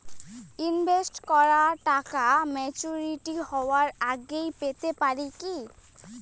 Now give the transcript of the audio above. Invest করা টাকা maturity হবার আগেই পেতে পারি কি?